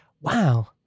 wow